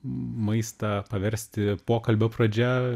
maistą paversti pokalbio pradžia